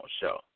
show